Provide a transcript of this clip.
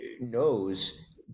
knows